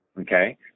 okay